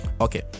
okay